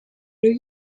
new